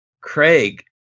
craig